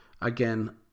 again